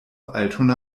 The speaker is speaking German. altona